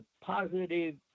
positive